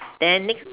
then next